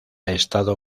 estado